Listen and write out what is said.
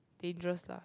dangerous lah